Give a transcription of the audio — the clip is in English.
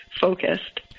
focused